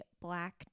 black